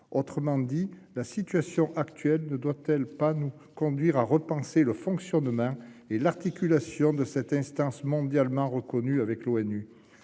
Autrement dit, la situation actuelle ne doit-elle pas nous conduire à repenser le fonctionnement et l'articulation avec l'ONU de cette instance mondialement reconnue ?